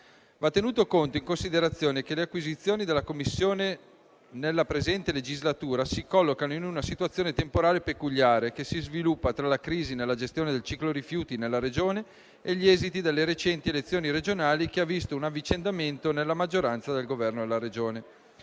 Va tenuto in considerazione che le acquisizioni della Commissione nella presente legislatura si collocano in una situazione temporale peculiare, che si sviluppa tra la crisi nella gestione del ciclo dei rifiuti nella Regione e gli esiti delle recenti elezioni regionali, che hanno visto un avvicendamento della maggioranza al governo della Regione.